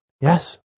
Yes